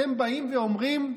אתם באים ואומרים: